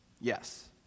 Yes